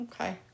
Okay